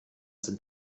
sind